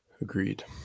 Agreed